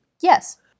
Yes